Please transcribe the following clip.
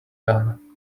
done